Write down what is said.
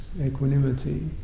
equanimity